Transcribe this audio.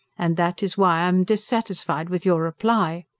and that is why i am dissatisfied with your reply.